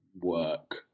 work